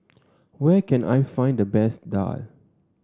where can I find the best Daal